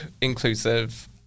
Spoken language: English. inclusive